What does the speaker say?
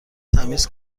تمیز